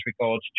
regards